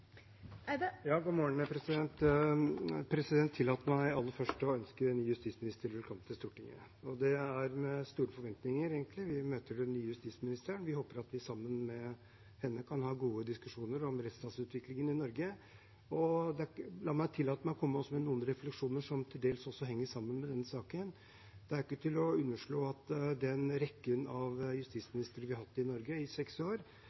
tillater meg aller først å ønske den nye justisministeren velkommen til Stortinget. Det er med store forventninger, egentlig, vi møter den nye justisministeren. Vi håper at vi sammen med henne kan ha gode diskusjoner om rettsstatsutviklingen i Norge. Jeg tillater meg også å komme med noen refleksjoner som til dels henger sammen med denne saken. Det er ikke til å underslå at den rekken av justisministre vi har hatt i Norge i seks år,